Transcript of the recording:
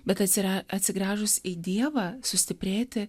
bet atsira atsigręžus į dievą sustiprėti